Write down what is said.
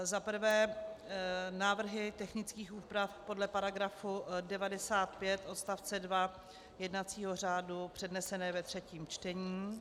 Za prvé návrhy technických úprav podle § 95 odst. 2 jednacího řádu přednesené ve třetím čtení.